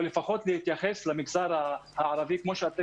או לפחות להתייחס למגזר הערבי כמו שאתם